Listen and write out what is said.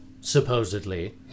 supposedly